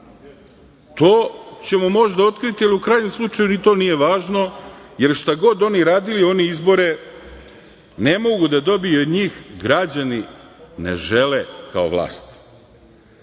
To ćemo možda otkriti, ali u krajnjem slučaju ni to nije važno, jer šta god oni radili, oni izbore ne mogu da dobiju, jer njih građani ne žele kao vlast. Ovaj